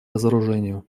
разоружению